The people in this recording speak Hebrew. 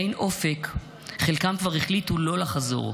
באין אופק חלקם כבר החליטו לא לחזור.